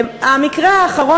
המקרה האחרון,